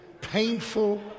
Painful